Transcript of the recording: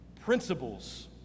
principles